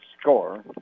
score